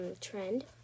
Trend